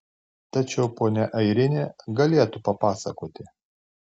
tačiau ponia airinė galėtų papasakoti